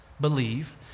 believe